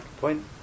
point